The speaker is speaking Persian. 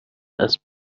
اسب